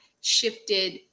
shifted